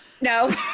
No